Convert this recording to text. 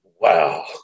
Wow